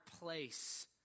place